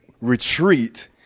Retreat